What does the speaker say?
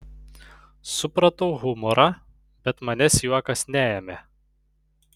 supratau humorą bet manęs juokas neėmė